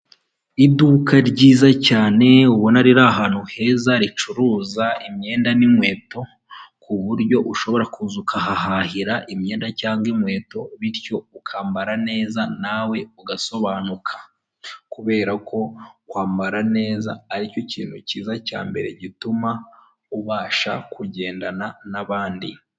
Abagabo babiri ndetse n'abagore babiri umwe yitwa Philippe umwe mu bakandida bahatanira kuyobora igihugu cy'u Rwanda akaba ari kubwira abaturage imigabo n'imigambi azakora mu gihe yaba abonye ububasha bwo kuyobora igihugu.